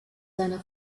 seiner